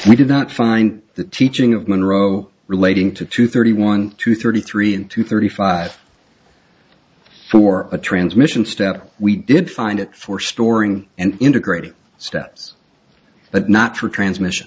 we did not find the teaching of monroe relating to two thirty one two thirty three and two thirty five for a transmission step we did find it for storing and integrating steps but not for transmission